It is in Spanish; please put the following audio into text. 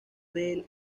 del